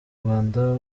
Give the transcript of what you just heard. rwanda